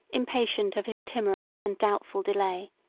impatient of his timorous and doubtful delay,